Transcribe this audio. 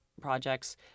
projects